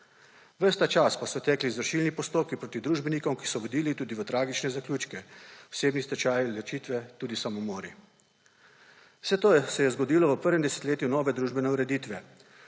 Ves ta čas pa so tekli izvršilni postopki proti družbenikom, ki so vodili tudi v tragične zaključke – osebni stečaji, ločitve, tudi samomori. Vse to se je zgodilo v prvem desetletju prve družbene ureditve.